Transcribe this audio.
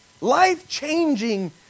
life-changing